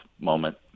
moment